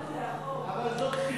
להפך, אני משיגה על, אבל זו תפיסה.